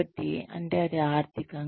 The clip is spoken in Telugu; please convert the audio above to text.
కాబట్టి అంటే అది ఆర్థిక